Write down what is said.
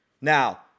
Now